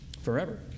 Forever